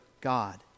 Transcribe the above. God